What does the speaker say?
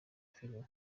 filime